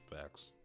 Facts